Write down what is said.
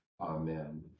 Amen